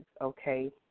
okay